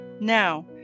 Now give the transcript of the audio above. Now